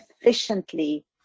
efficiently